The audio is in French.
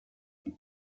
ils